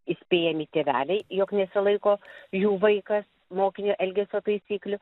įspėjami tėveliai jog nesilaiko jų vaikas mokinio elgesio taisyklių